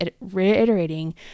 reiterating